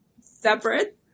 separate